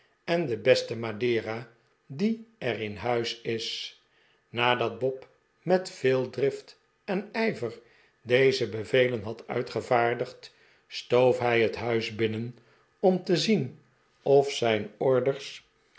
en de beste madera die er in huis is nadat bob met veel drift en ijver deze bevelen had uitgevaardigd stoof hij het huis binnen om te zien of zijn orders